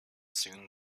soon